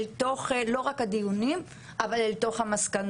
לא רק אל תוך הדיונים אבל אל תוך המסקנות.